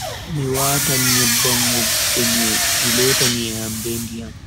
Mi watan nyebban woggugo nyi'e mi lota nyi'e am be ndiyam.